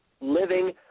living